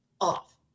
off